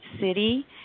city